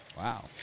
Wow